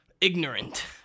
ignorant